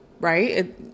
right